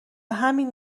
همین